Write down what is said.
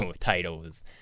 titles